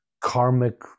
karmic